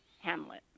Hamlet